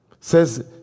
says